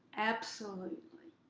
absolutely.